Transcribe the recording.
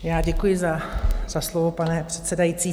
Já děkuji za slovo, pane předsedající.